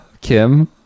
Kim